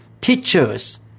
teachers